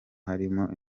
harimo